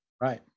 Right